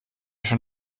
schon